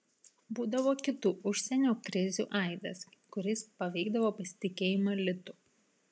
būdavo kitų užsienio krizių aidas kuris paveikdavo pasitikėjimą litu